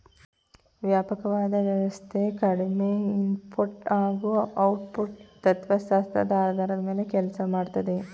ವ್ಯಾಪಕವಾದ ವ್ಯವಸ್ಥೆ ಕಡಿಮೆ ಇನ್ಪುಟ್ ಹಾಗೂ ಔಟ್ಪುಟ್ ತತ್ವಶಾಸ್ತ್ರದ ಆಧಾರದ ಮೇಲೆ ಕೆಲ್ಸ ಮಾಡ್ತದೆ